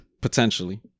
Potentially